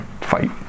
fight